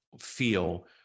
feel